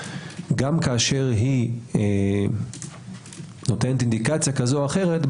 גם כשהיא נותנת אינדיקציה כזו או אחרת,